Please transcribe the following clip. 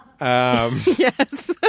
Yes